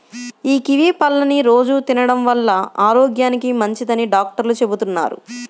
యీ కివీ పళ్ళని రోజూ తినడం వల్ల ఆరోగ్యానికి మంచిదని డాక్టర్లు చెబుతున్నారు